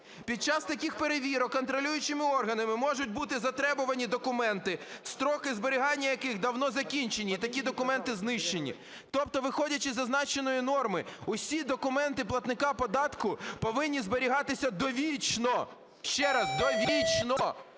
Під час таких перевірок контролюючими органами можуть бути затребувані документи, строки зберігання яких давно закінчені і такі документи знищені. Тобто, виходячи із зазначеної норми, усі документи платника податку повинні зберігатися довічно. Ще раз – довічно.